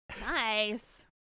Nice